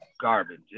garbage